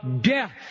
death